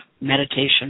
meditation